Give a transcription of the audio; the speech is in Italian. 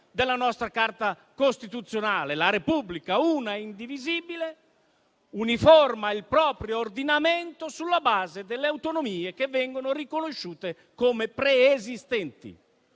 della nostra Carta costituzionale, secondo cui la Repubblica, una e indivisibile, uniforma il proprio ordinamento sulla base delle autonomie che vengono riconosciute come preesistenti.